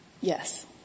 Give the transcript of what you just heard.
Yes